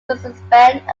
circumspect